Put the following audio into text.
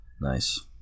Nice